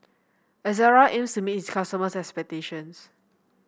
Ezerra aims to meet its customers' expectations